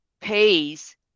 pays